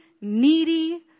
needy